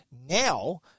Now